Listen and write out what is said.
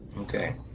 Okay